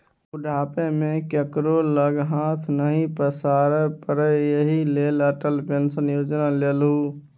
बुढ़ापा मे केकरो लग हाथ नहि पसारै पड़य एहि लेल अटल पेंशन योजना लेलहु